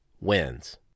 Wins